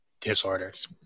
disorders